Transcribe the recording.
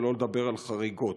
שלא לדבר על חריגות.